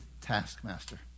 taskmaster